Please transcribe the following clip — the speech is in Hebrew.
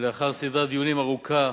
לאחר סדרת דיונים ארוכה